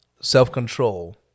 self-control